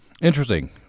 Interesting